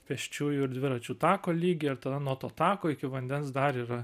pėsčiųjų ir dviračių tako lygyje ir tada nuo to tako iki vandens dar yra